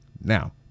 Now